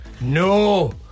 No